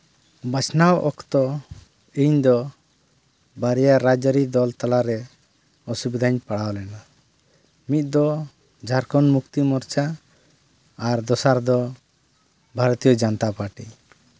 ᱵᱟᱪᱷᱱᱣ ᱚᱠᱛᱚ ᱤᱧᱫᱚ ᱵᱟᱨᱭᱟ ᱨᱟᱡᱽᱟᱹᱨᱤ ᱫᱚᱞ ᱛᱟᱞᱟᱨᱮ ᱚᱥᱩᱵᱤᱫᱷᱟᱧ ᱯᱟᱲᱟᱣ ᱞᱮᱱᱟ ᱢᱤᱫ ᱫᱚ ᱡᱷᱟᱲᱷᱚᱸᱰ ᱢᱩᱠᱛᱤ ᱢᱳᱨᱪᱟ ᱟᱨ ᱫᱚᱥᱟᱨ ᱫᱚ ᱵᱷᱟᱨᱚᱛᱤᱭᱚ ᱡᱚᱱᱚᱛᱟ ᱯᱟᱨᱴᱤ